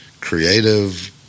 creative